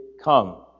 Come